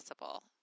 possible